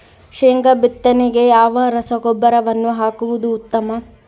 ಶೇಂಗಾ ಬಿತ್ತನೆಗೆ ಯಾವ ರಸಗೊಬ್ಬರವನ್ನು ಹಾಕುವುದು ಉತ್ತಮ?